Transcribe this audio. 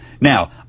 Now